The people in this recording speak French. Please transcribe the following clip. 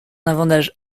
avantage